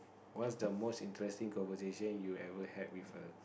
what is the most interesting conversation that you had with a